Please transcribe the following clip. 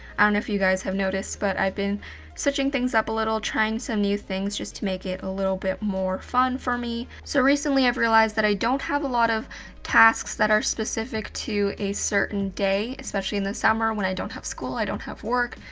i don't know if you guys have noticed, but i've been switching things up a little, trying some new things just to make it a little bit more fun for me. so recently i've realized that i don't have a lot of tasks that are specific to a certain day, especially in the summer when i don't have school, i don't have work,